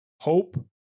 hope